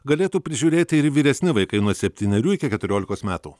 galėtų prižiūrėti ir vyresni vaikai nuo septynerių iki keturiolikos metų